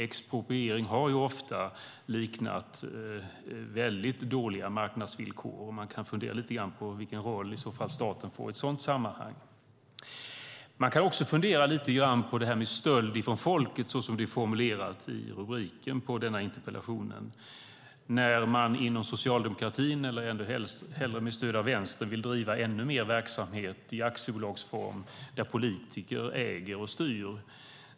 Expropriering har ju ofta liknat väldigt dåliga marknadsvillkor. Man kan fundera lite grann på vilken roll staten får i ett sådant sammanhang. Man kan också fundera lite grann på det här med stöld från folket, så som det är formulerat i rubriken på denna interpellation, när de inom socialdemokratin eller ännu hellre med stöd av Vänstern vill driva ännu mer verksamhet i aktiebolagsform, där politiker äger och styr.